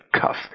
cuff